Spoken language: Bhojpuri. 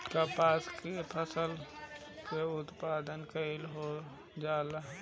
कपास के फसल के उत्पादन कम होइ जाला?